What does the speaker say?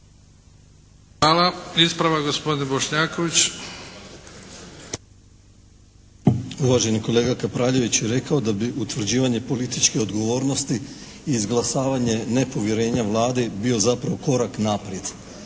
Hvala. Ispravak gospodin Bošnjaković. **Bošnjaković, Dražen (HDZ)** Uvaženi kolega Kapraljević je rekao da bi utvrđivanje političke odgovornosti i izglasavanje nepovjerenja Vladi bio zapravo korak naprijed.